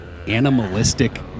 Animalistic